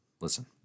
listen